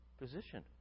position